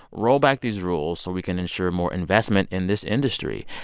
roll back these rules so we can ensure more investment in this industry.